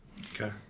Okay